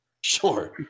Sure